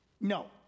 no